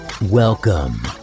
welcome